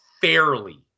fairly